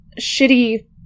shitty